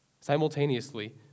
simultaneously